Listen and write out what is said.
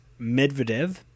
Medvedev